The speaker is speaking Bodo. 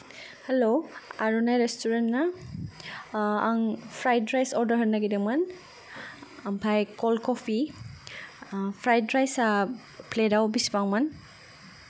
हेलौ आर'नाय रेस्थुरेन ना आं फ्रायद राइस अरदार होनो नागिरदोंमोन आमफाय कल्द कफि फ्रायद राइसया प्लेताव बिसिबां मोन